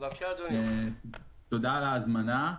תודה על ההזמנה.